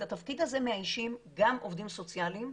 את התפקיד הזה מאיישים עובדים סוציאליים,